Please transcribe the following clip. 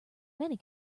many